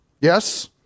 Yes